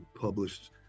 published